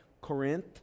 Corinth